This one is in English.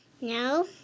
No